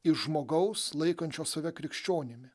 iš žmogaus laikančio save krikščionimi